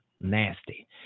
nasty